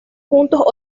juntos